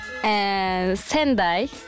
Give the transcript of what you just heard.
Sendai